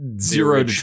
zero